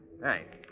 Thanks